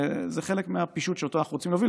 זה חלק מהפישוט שאותו אנחנו רוצים להוביל,